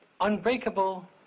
Unbreakable